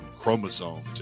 chromosomes